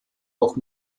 auch